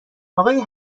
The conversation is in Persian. آقای